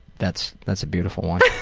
that's that's a beautiful one.